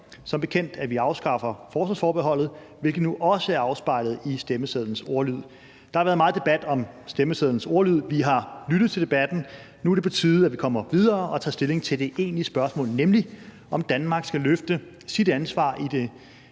som bekendt, at vi afskaffer forsvarsforbeholdet, hvilket nu også er afspejlet i stemmesedlens ordlyd. Der har været meget debat om stemmesedlens ordlyd. Vi har lyttet til debatten, og nu er det på tide, at vi kommer videre og tager stilling til det egentlige spørgsmål, nemlig om Danmark skal løfte sit ansvar i den